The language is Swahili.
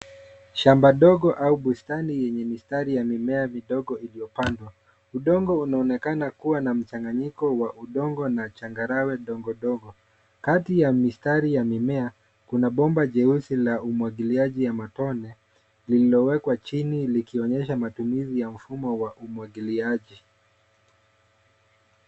Shamba dogo au bustani yenye mistari ya mimea vidogo iliyopandwa. Udongo unaonekana kuwa na mchanganyiko wa udongo na changarawe ndongo ndongo. Kati ya mistari ya mimea, kuna bomba jeusi la umwagiliaji ya matone, lililowekwa chini likionyesha matumizi ya mfumo wa umwagiliaji.